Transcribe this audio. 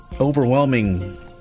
overwhelming